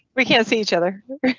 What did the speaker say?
we can see each other.